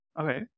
Okay